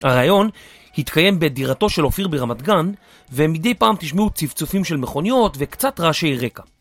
הרעיון התקיים בדירתו של אופיר ברמת גן, ומדי פעם תשמעו צפצופים של מכוניות וקצת רעשי רקע.